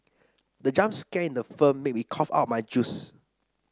the jump scare in the film made me cough out my juice